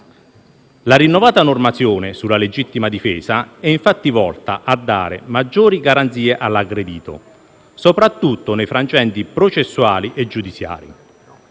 La rinnovata normazione sulla legittima difesa è volta a dare maggiori garanzie all'aggredito, soprattutto nei frangenti processuali e giudiziari.